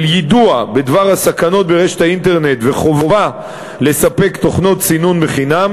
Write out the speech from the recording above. של יידוע בדבר הסכנות ברשת האינטרנט וחובה לספק תוכנות סינון חינם,